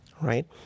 Right